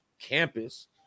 campus